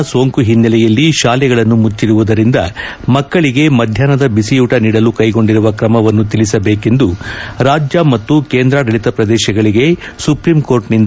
corona ಸೋಂಕು ಹಿನ್ನೆಲೆಯಲ್ಲಿ ಶಾಲೆಗಳನ್ನು ಮುಚ್ಚಿರುವುದರಿಂದ ಮಕ್ಕಳಿಗೆ ಮಧ್ಯಾಹ್ನದ ಬಿಸಿಯೂಟ ನೀಡಲು ಕೈಗೊಂಡಿರುವ ಕ್ರಮವನ್ನು ತಿಳಿಸಬೇಕೆಂದು ರಾಜ್ಯ ಮತ್ತು ಕೇಂದ್ರಾಡಳಿತ ಪ್ರದೇಶಗಳಿಗೆ ಸುಪ್ರೀಂಕೋರ್ಟ್ನಿಂದ ನೋಟೀಸ್